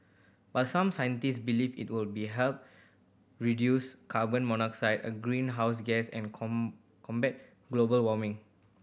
but some scientist believe it will help reduce carbon a greenhouse gas and combat global warming